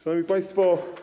Szanowni Państwo!